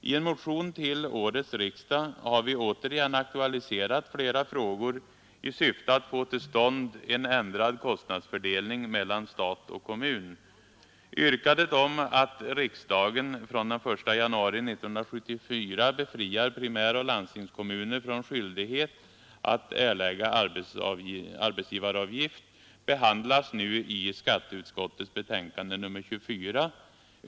I en motion till årets riksdag har vi återigen aktualiserat flera frågor i syfte att få till stånd en ändrad kostnadsfördelning mellan stat och kommun. Yrkandet om att från den 1 januari 1974 befria primäroch landstingskommuner från skyldighet att erlägga arbetsgivaravgift behandlas i skatteutskottets betänkande nr 24.